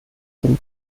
dem